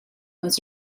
was